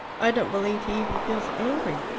i don't believe he even feels angry.